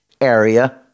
area